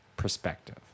perspective